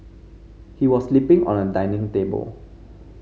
he was sleeping on a dining table